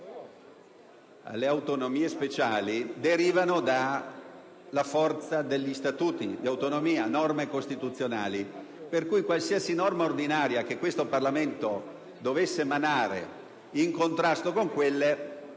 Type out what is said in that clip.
alle autonomie speciali derivino dalla forza dei loro Statuti, quindi da leggi costituzionali. Per cui qualsiasi norma ordinaria che questo Parlamento dovesse emanare in contrasto con quelle